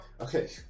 Okay